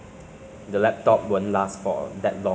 feel because if like if you want to